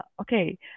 okay